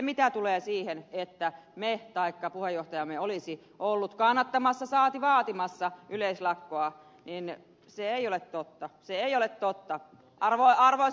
mitä tulee siihen että me olisimme olleet taikka puheenjohtajamme olisi ollut kannattamassa saati vaatimassa yleislakkoa niin se ei ole totta se ei ole totta arvoisa ed